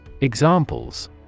Examples